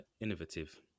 innovative